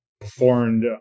performed